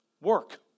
work